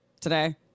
today